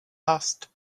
asked